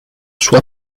sua